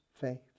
faith